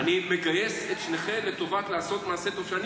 אני מגייס את שניכם לטובת מעשה טוב שאני